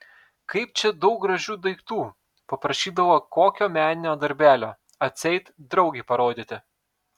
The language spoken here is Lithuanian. kaip čia daug gražių daiktų paprašydavo kokio meninio darbelio atseit draugei parodyti